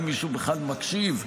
אם מישהו בכלל מקשיב.